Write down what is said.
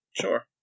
Sure